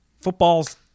football's